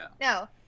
No